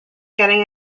getting